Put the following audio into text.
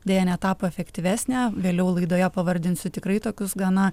deja netapo efektyvesnė vėliau laidoje pavardinsiu tikrai tokius gana